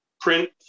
print